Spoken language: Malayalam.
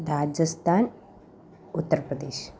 രാജസ്ഥാൻ ഉത്തർ പ്രദേശ്